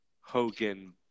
Hogan